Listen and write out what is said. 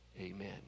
amen